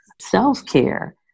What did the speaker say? self-care